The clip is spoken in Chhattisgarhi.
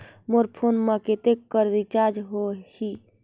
मोर फोन मा कतेक कर रिचार्ज हो ही?